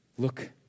Look